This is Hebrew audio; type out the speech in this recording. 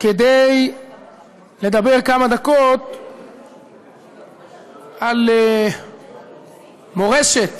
כדי לדבר כמה דקות על מורשת